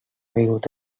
caigut